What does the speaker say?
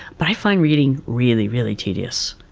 but i find reading really, really tedious.